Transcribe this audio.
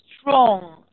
strong